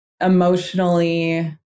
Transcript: emotionally